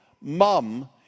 Mum